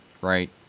right